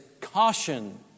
CAUTION